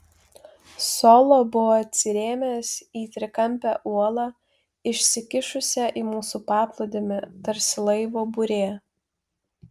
solo buvo atsirėmęs į trikampę uolą išsikišusią į mūsų paplūdimį tarsi laivo burė